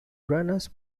runners